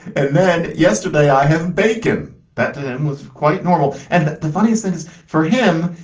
and then yesterday, i have bacon. that to him was quite normal. and the funniest thing is for him,